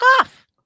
off